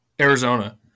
Arizona